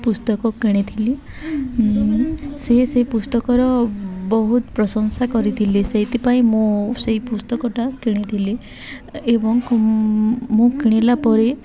ପୁସ୍ତକ କିଣିଥିଲି ସେ ସେ ପୁସ୍ତକର ବହୁତ ପ୍ରଶଂସା କରିଥିଲେ ସେଇଥିପାଇଁ ମୁଁ ସେଇ ପୁସ୍ତକଟା କିଣିଥିଲି ଏବଂ ମୁଁ କିଣିଲା ପରେ